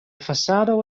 fasado